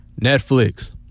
Netflix